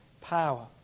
power